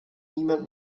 niemand